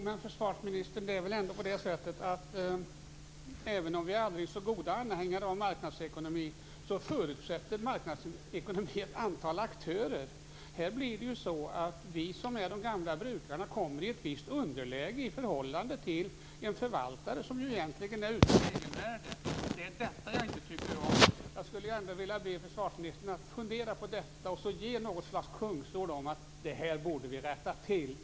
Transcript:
Fru talman! Det är väl ändå på det sättet, försvarsministern, att även om vi är aldrig så goda anhängare av marknadsekonomi förutsätter marknadsekonomi ett antal aktörer. Här blir det så att vi som är de gamla brukarna kommer i ett visst underläge i förhållande till en förvaltare som egentligen är ute i egna ärenden. Det är det jag inte tycker om. Jag skulle ändå vilja be försvarsministern att fundera på det och ge något slags kungsord om att vi borde rätta till detta.